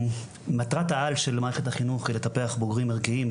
מטרת העל של מערכת החינוך היא לטפח בוגרים ערכיים,